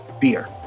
beer